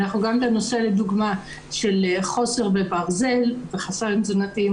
אם בנושא לדוגמה של חוסר בברזל וחוסרים תזונתיים